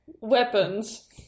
Weapons